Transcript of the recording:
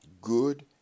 good